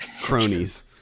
cronies